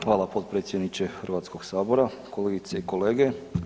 Hvala potpredsjedniče Hrvatskoga sabora, kolegice i kolege.